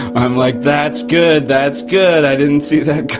i'm like, that's good, that's good! i didn't see that